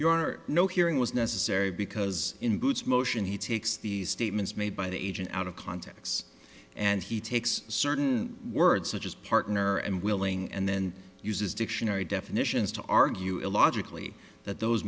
your no hearing was necessary because in goods motion he takes the statements made by the agent out of context and he takes certain words such as partner and willing and then uses dictionary definitions to argue illogically that those